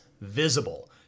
visible